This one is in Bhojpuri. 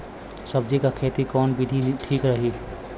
सब्जी क खेती कऊन विधि ठीक रही?